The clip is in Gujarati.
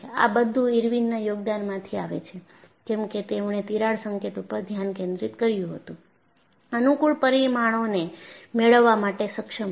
આ બધું ઇરવિનના યોગદાનમાંથી આવે છે કેમ કે તેમણે તિરાડ સંકેત ઉપર ધ્યાન કેન્દ્રિત કર્યું હતું અનુકૂળ પરિમાણોને મેળવવા માટે સક્ષમ હતા